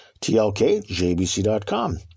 TLKJBC.com